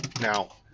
Now